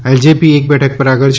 LJP એક બેઠક ઉપર આગળ છે